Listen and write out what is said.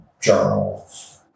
journals